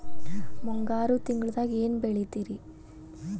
ಮುಂಗಾರು ತಿಂಗಳದಾಗ ಏನ್ ಬೆಳಿತಿರಿ?